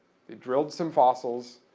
they drilled some fossils,